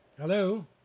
Hello